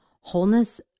wholeness